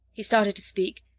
he started to speak,